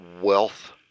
wealth